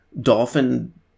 dolphin